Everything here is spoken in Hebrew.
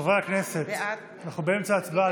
בעד אנטאנס שחאדה,